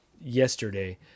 yesterday